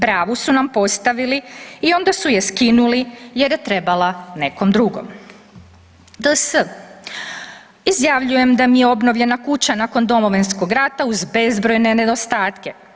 Bravu su nam postavili i onda su je skinuli jer je trebala nekom drugom.“ DS: „Izjavljujem da mi je obnovljena kuća nakon Domovinskog rata uz bezbrojne nedostatke.